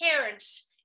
parents